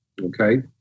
okay